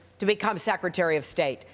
to become secretary of state.